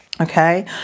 Okay